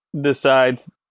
decides